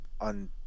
on